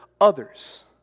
others